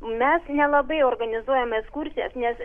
mes nelabai organizuojam ekskursijas nes